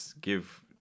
give